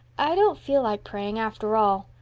i don't feel like praying after all.